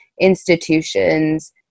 institutions